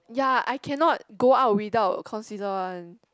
ya I cannot go out without consider one